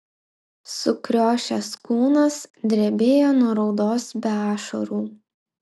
sukriošęs kūnas drebėjo nuo raudos be ašarų